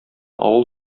авыл